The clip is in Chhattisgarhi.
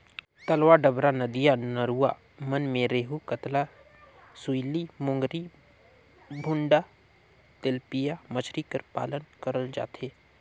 तलवा डबरा, नदिया नरूवा मन में रेहू, कतला, सूइली, मोंगरी, भुंडा, तेलपिया मछरी कर पालन करल जाथे